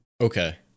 Okay